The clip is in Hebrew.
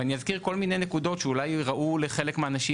ואני אזכיר כל מיני נקודות שאולי ייראו איזוטריות,